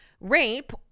rape